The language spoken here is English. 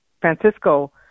Francisco